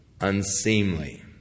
unseemly